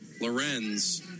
Lorenz